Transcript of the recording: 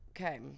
okay